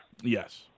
Yes